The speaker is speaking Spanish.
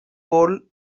gol